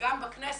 גם בכנסת,